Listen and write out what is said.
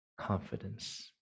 confidence